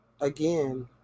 Again